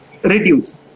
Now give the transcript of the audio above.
Reduce